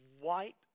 wipe